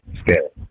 scale